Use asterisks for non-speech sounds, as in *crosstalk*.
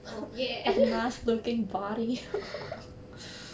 oh yea *laughs*